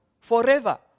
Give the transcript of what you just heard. forever